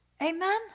Amen